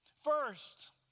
First